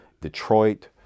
Detroit